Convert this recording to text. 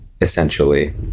essentially